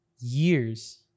years